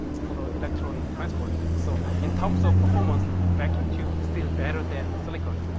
for the electron transport. so, in terms of performance, the vacuum tube still better than silicon.